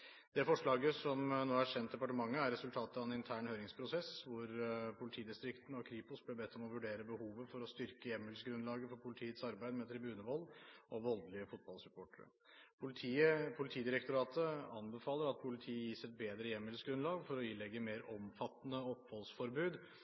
Det forslaget som nå er sendt departementet, er resultatet av en intern høringsprosess hvor politidistriktene og Kripos ble bedt om å vurdere behovet for å styrke hjemmelsgrunnlaget for politiets arbeid med tribunevold og voldelige fotballsupportere. Politidirektoratet anbefaler at politiet gis et bedre hjemmelsgrunnlag for å ilegge mer